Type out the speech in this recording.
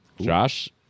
Josh